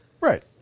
Right